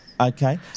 Okay